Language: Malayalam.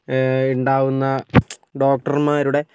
ഉണ്ടാവുന്ന ഡോക്ടർമാരുടെ